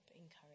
encourage